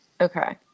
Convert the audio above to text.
Okay